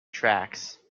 tracks